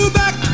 back